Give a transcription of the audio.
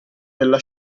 della